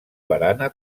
barana